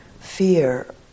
fear